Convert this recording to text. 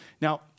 Now